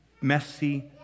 messy